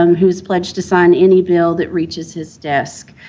um who has pledged to sign any bill that reaches his desk.